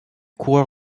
coureur